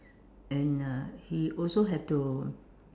and uh he also have to